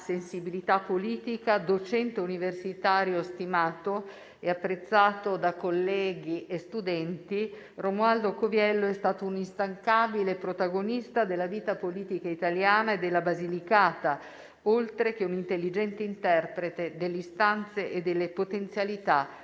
sensibilità politica, docente universitario stimato e apprezzato da colleghi e studenti, Romualdo Coviello è stato un instancabile protagonista della vita politica italiana e della Basilicata, oltre che un intelligente interprete delle istanze e delle potenzialità